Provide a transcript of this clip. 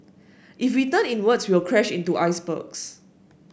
if we turn inwards we'll crash into icebergs